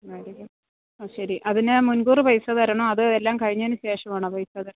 അതായിരിക്കും ആ ശരി അതിന് മുൻകൂർ പൈസ തരണോ അതോ എല്ലാം കഴിഞ്ഞതിന് ശേഷമാണോ പൈസ അത്